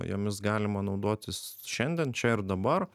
jomis galima naudotis šiandien čia ir dabar